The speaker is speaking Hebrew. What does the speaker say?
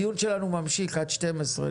הדיון שלנו ממשיך עד 12:00,